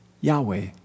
Yahweh